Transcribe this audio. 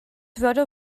wurde